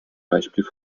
beispiel